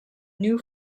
new